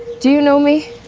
do you know me?